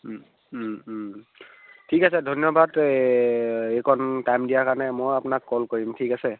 ঠিক আছে ধন্যবাদ এই এইকণ টাইম দিয়াৰ কাৰণে মই আপোনাক কল কৰিম ঠিক আছে